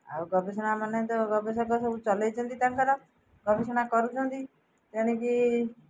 ଗବେଷଣାମାନେ ତ ଗବେଷକ ସବୁ ଚଲେଇଛନ୍ତି ତାଙ୍କର ଗବେଷଣା କରୁଛନ୍ତି ତେଣିକି